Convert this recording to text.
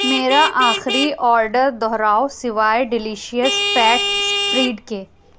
میرا آخری آرڈر دہراؤ سوائے ڈیلیشیئس فیٹ اسپریڈ کے